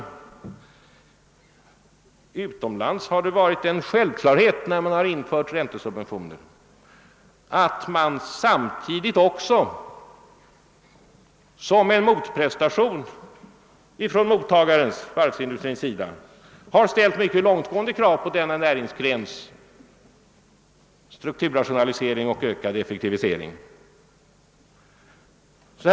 Utomlands har det varit en självklarhet när man infört räntesubventioner att man samtidigt också som en motprestation från mottagarens — i detta fall varvsindustrins sida — har ställt mycket långtgående krav på denna näringsgrens strukturrationalisering och effektivisering. Något sådant krav har inte framkommit i debatten, utlåtandet eller motionerna.